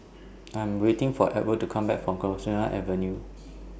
I Am waiting For to Come Back from Avenue